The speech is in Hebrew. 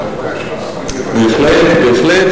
בהחלט,